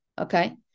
okay